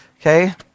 Okay